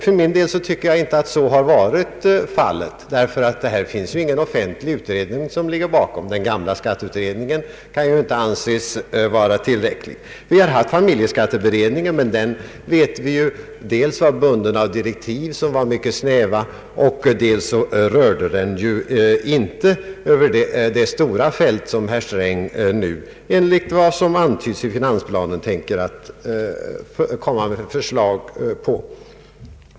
För min del tycker jag inte att så har varit fallet. Här finns ju ingen offentlig utredning som ligger bakom. Den gamla skatteutredningen kan inte anses vara tillräcklig. Vi har haft familjeskatteberedningen, men vi vet att den dels var bunden av mycket snäva direktiv och dels rörde den ju inte det stora fält som herr Sträng nu enligt vad som antytts i finansplanen tänker komma med förslag på.